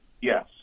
Yes